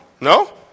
No